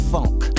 Funk